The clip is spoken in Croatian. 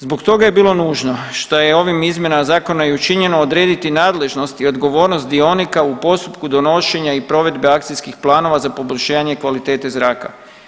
Zbog toga je bilo nužno što je ovim izmjenama zakona i učinjeno odrediti nadležnost i odgovornost dionika u postupku donošenja i provedbe akcijskih planova za poboljšanje kvalitete zraka.